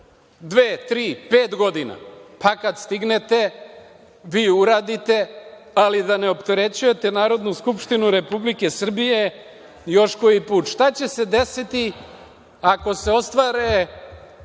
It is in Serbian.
tri, pet godina? Pa kad stignete, vi uradite, ali da ne opterećujete Narodnu skupštinu Republike Srbije još koji put. Šta će se desiti ako se ostvare